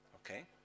Okay